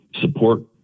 Support